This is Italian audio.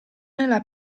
nella